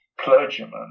Clergyman